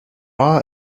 are